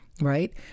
Right